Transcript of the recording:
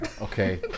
Okay